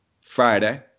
Friday